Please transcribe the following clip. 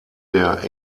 der